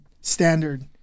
standard